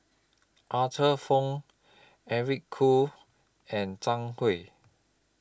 Arthur Fong Eric Khoo and Zhang Hui